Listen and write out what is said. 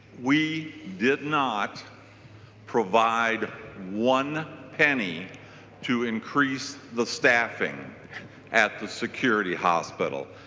we did not provide one penny to increase the staffing at the security hospital.